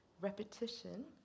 repetition